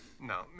No